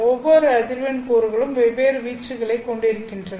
ஒவ்வொரு அதிர்வெண் கூறுகளும் வெவ்வேறு வீச்சுகளைக் கொண்டிருக்கின்றன